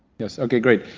yes. okay. great.